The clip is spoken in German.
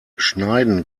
schneiden